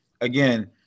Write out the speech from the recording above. again